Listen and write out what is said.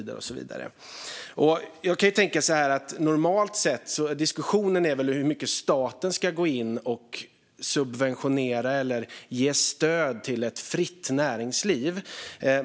Diskussionen handlar normalt sett om hur mycket staten ska gå in och subventionera och ge stöd till ett fritt näringsliv.